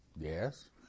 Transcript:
Yes